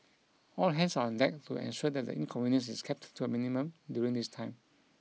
all hands are on deck to ensure that the inconvenience is kept to a minimum during this time